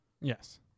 Yes